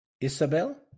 Isabel